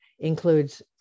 includes